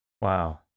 Wow